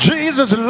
Jesus